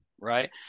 Right